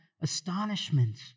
astonishment